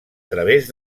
través